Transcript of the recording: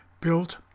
built